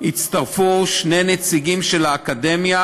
יצטרפו שני נציגים של האקדמיה,